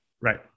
Right